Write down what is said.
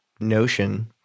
Notion